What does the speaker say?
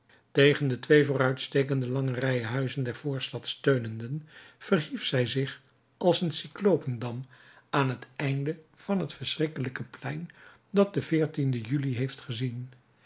tegen de twee vooruitstekende lange rijen huizen der voorstad steunenden verhief zij zich als een cyclopen dam aan het einde van het schrikkelijke plein dat den juli heeft gezien